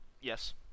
Yes